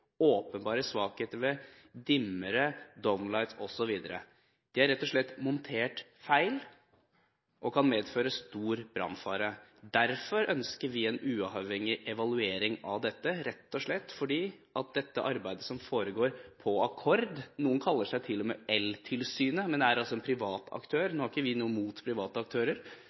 åpenbare svakheter ved dimmere, downlights osv. De er rett og slett montert feil og kan medføre stor brannfare. Vi ønsker en uavhengig evaluering av dette, rett og slett fordi at det arbeidet som foregår, skjer på akkord. Noen kaller seg til og med eltilsynet, men er altså en privat aktør. Nå har ikke vi noe imot private aktører,